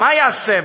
/ מה יעשה בה?